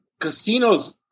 casinos